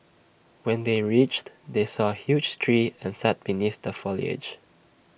when they reached they saw A huge tree and sat beneath the foliage